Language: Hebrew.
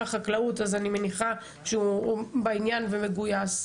החקלאות אז אני מניחה שהוא בעניין ומגויס.